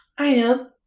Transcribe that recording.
i know!